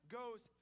goes